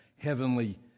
Heavenly